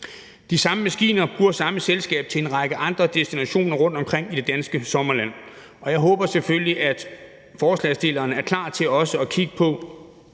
De samme maskiner bruger samme selskab til en række andre destinationer rundtomkring i det danske sommerland, og jeg håber selvfølgelig, at forslagsstillerne er klar til også at kigge på